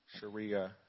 Sharia